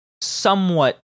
somewhat